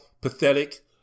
pathetic